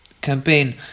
campaign